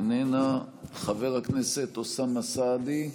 איננה, חבר הכנסת אוסאמה סעדי,